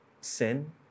sin